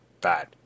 Bad